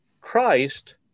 Christ